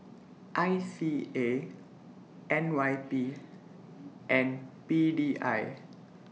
I C A N Y P and P D I